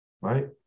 Right